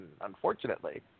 unfortunately